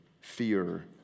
fear